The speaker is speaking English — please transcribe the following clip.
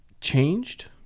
changed